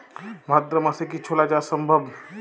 ভাদ্র মাসে কি ছোলা চাষ সম্ভব?